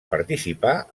participar